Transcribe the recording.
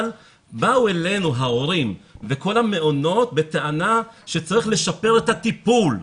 אבל באו אלינו ההורים וכל המעונות בטענה שצריך לשפר את הטיפול,